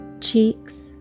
cheeks